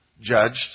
judged